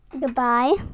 Goodbye